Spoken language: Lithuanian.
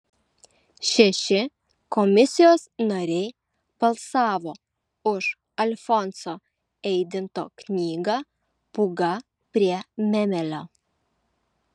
šeši komisijos nariai balsavo už alfonso eidinto knygą pūga prie memelio